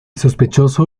sospechoso